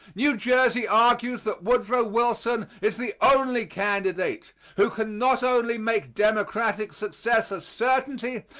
new jersey argues that woodrow wilson is the only candidate who can not only make democratic success a certainty,